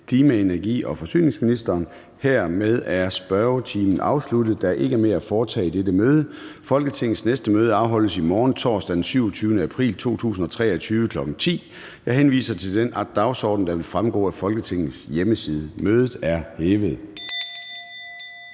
Meddelelser fra formanden Formanden (Søren Gade): Der er ikke mere at foretage i dette møde. Folketingets næste møde afholdes i morgen, torsdag den 27. april 2023, kl. 10.00. Jeg henviser til den dagsorden, der vil fremgå af Folketingets hjemmeside. Mødet er hævet.